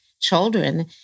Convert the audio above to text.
children